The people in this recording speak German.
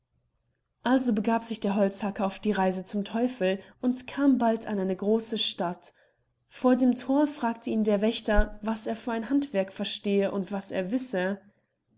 also begab sich der holzhacker auf die reise zum teufel und kam bald an eine große stadt vor dem thor fragte ihn der wächter was er für ein handwerk verstehe und was er wisse